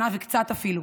שנה וקצת אפילו,